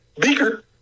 Beaker